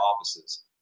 offices